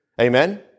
Amen